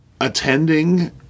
attending